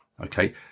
Okay